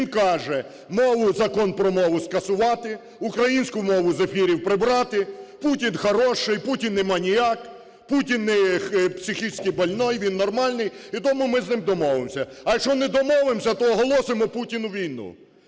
він каже, Закон про мову скасувати, українську мову з ефірів прибрати, Путін хороший, Путін не маніяк, Путін не психически больной, він нормальний, і тому ми з ним домовимося, а якщо не домовимося, то оголосимо Путіну війну.